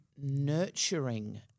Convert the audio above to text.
nurturing